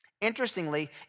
Interestingly